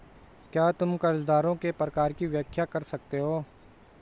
क्या तुम कर्जदारों के प्रकार की व्याख्या कर सकते हो?